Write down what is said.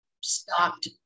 stopped